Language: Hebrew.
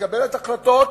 שמקבלת החלטות,